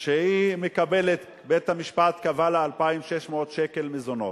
שמקבלת, בית-המשפט קבע לה 2,600 שקל מזונות.